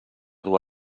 dur